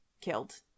killed